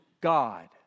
God